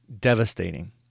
devastating